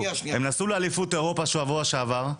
הם נסעו לאליפות אירופה שבוע שעבר,